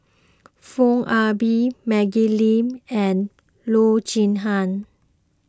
Foo Ah Bee Maggie Lim and Loo Zihan